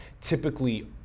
typically